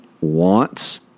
wants